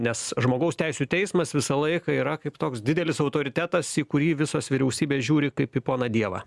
nes žmogaus teisių teismas visą laiką yra kaip toks didelis autoritetas į kurį visos vyriausybės žiūri kaip į poną dievą